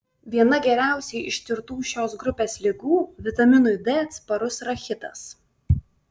viena geriausiai ištirtų šios grupės ligų vitaminui d atsparus rachitas